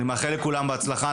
אני מאחל לכולם בהצלחה.